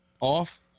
Off